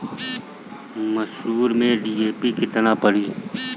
मसूर में डी.ए.पी केतना पड़ी?